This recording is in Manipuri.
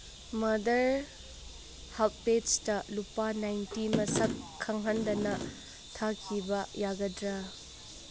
ꯃꯗꯔ ꯍꯄꯦꯁꯇ ꯂꯨꯄꯥ ꯅꯥꯏꯟꯇꯤ ꯃꯁꯛ ꯈꯪꯍꯟꯗꯅ ꯊꯥꯈꯤꯕ ꯌꯥꯒꯗ꯭ꯔꯥ